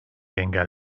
engel